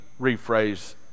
rephrase